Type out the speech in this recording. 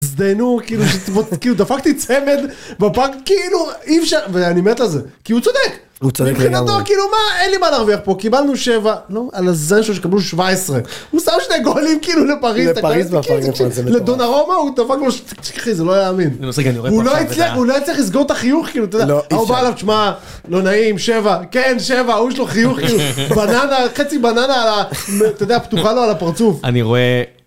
זדיינו כאילו כאילו דפקתי צמד בבנק כאילו אי אפשר ואני מת על זה כי הוא צודק. הוא צודק לגמרי. מבחינתו כאילו מה אין לי מה להרוויח פה קיבלנו 7, נו על הזין שלו שיקבלו 17, הוא שם שני גולים כאילו לפריז. לדון הרומא הוא דפק לו זה לא היה אמין.הוא לא הצליח לסגור את החיוך כאילו אתה יודע. לא אי אפשר. ההוא בא אליו תשמע לא נעים 7 כן 7 ההוא יש לו חיוך כאילו בננה חצי בננה אתה יודע פתוחה לו על הפרצוף. אני רואה.